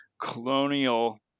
colonial